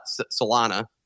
Solana